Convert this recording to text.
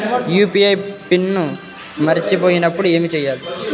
UPI PIN మరచిపోయినప్పుడు ఏమి చేయాలి?